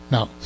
Now